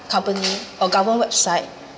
company or government website